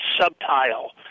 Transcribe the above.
subtile